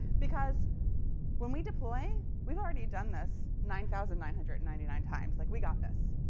because when we deploy, we've already done this nine thousand nine hundred and ninety nine times. like we got this.